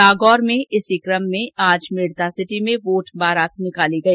नागौर में इसी कम में आज मेड़तासिटी में वोट बारात निकाली गई